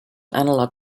analog